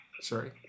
sorry